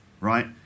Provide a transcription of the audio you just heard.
right